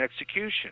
execution